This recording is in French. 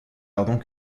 ardent